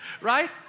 Right